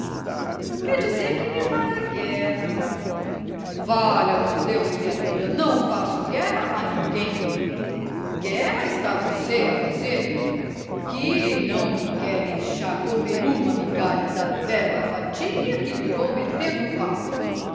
quer dizer que me fará guerra valha-me deus criatura não faço guerra a ninguém guerra está você a fazer-me que não me quer deixar comer uma migalha da bela fatia que lhe vou meter no papo